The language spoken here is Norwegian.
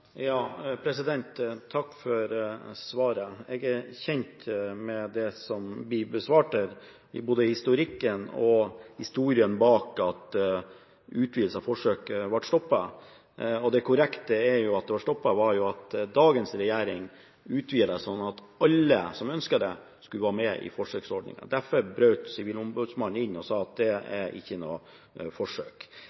Takk for svaret. Jeg er kjent med det som blir svart her, både historikken og historien bak at utvidelsen av forsøket ble stoppet. Det korrekte er at grunnen til at det ble stoppet, var at dagens regjering utvidet ordningen, sånn at alle som ønsket det, skulle få være med i forsøksordningen. Derfor brøt Sivilombudsmannen inn og sa at